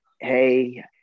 hey